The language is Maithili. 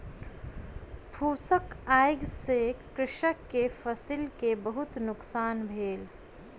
फूसक आइग से कृषक के फसिल के बहुत नुकसान भेल